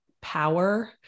power